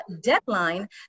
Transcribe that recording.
deadline